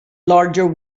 larger